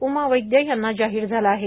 उमा वैद्य यांना जाहीर झाला आहे